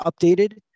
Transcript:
updated